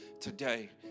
today